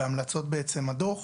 בהמלצות הדוח.